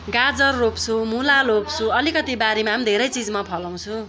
गाजर रोप्छु मुला रोप्छु अलिकति बारीमा पनि धेरै चिज म फलाउँछु